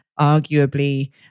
arguably